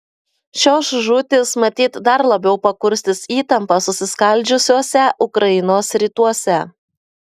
šios žūtys matyt dar labiau pakurstys įtampą susiskaldžiusiuose ukrainos rytuose